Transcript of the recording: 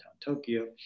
Tokyo